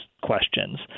questions